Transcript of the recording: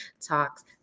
talks